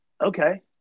Okay